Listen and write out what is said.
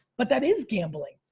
but that is gambling.